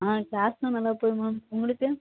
ஆ க்ளாஸ்ஸெலாம் நல்லா போகுது மேம் உங்களுக்கு